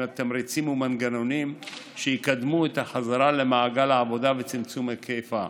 תמריצים ומנגנונים שיקדמו חזרה למעגל העבודה וצמצום היקף האבטלה.